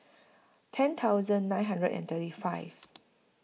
ten thousand nine hundred and thirty five